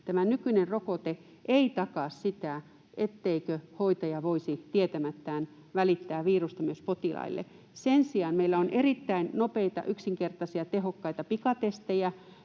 tämä nykyinen rokote ei takaa sitä, etteikö hoitaja voisi tietämättään välittää virusta myös potilaille, ja sen sijaan meillä on erittäin nopeita, yksinkertaisia, tehokkaita pikatestejä,